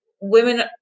women